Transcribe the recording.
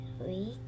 week